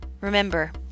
Remember